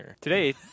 Today